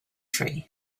tree